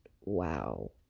wow